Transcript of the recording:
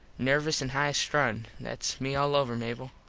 nervous an high strung. thats me all over, mable.